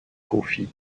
confit